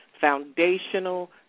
foundational